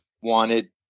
wanted